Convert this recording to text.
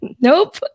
Nope